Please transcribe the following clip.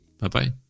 Bye-bye